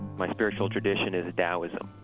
my spiritual tradition is taoism.